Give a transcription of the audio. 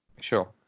Sure